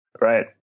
right